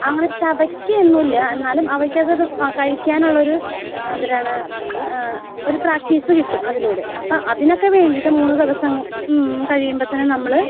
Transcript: അങ്ങനെ ചവയ്ക്കുന്നില്ല എന്നാലും അവയ്ക്കത് കഴിക്കാനുള്ള ഒരു എന്തരാണ് ഒര് പ്രാക്റ്റീസ് കിട്ടും അതിലൂടെ അപ്പം അതിനൊക്കെ വേണ്ടിയിട്ട് മൂന്ന് ദിവസം കഴിയുമ്പം തന്നെ നമ്മള്